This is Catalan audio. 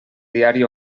diari